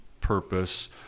purpose